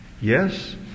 Yes